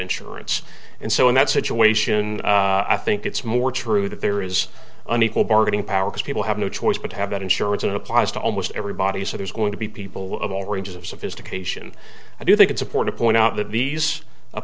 insurance and so in that situation i think it's more true that there is an equal bargaining power because people have no choice but to have that insurance and applies to almost everybody so there's going to be people of all ranges of sophistication i do think it's important point out that these